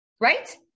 Right